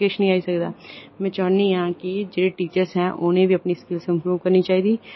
किश निं आई सकदा ते में चाह्न्नी आं कि जेह्ड़े टीचर हैन उ'नेंगी ते अपनी संदोख करनी चाहिदी